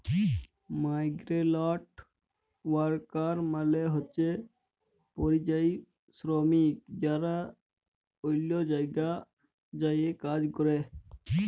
migrant worker মালে হছে পরিযায়ী শরমিক যারা অল্য জায়গায় যাঁয়ে কাজ ক্যরে